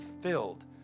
filled